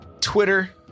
Twitter